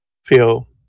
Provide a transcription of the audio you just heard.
feel